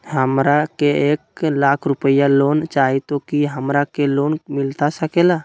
हमरा के एक लाख रुपए लोन चाही तो की हमरा के लोन मिलता सकेला?